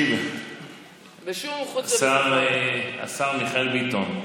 ישיב השר מיכאל ביטון,